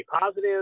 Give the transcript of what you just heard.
positive